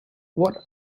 what